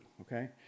Okay